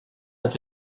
als